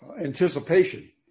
anticipation